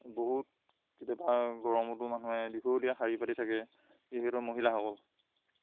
বহুত কেতিয়াবা গৰমতো মানুহে দীঘলীয়া শাৰী পাতি থাকে য সহঁেতৰ মহিলাসকল